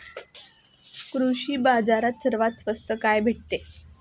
कृषी बाजारात सर्वात स्वस्त काय भेटते?